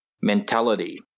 mentality